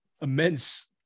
immense